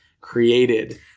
created